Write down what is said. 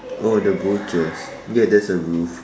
oh the butcher's ya there's a roof